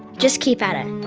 just keep at and